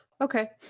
Okay